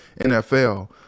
NFL